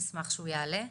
נשמח שהוא יעלה.